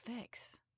fix